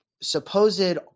supposed